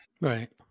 Right